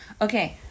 okay